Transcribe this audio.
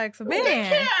man